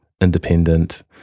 independent